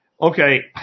Okay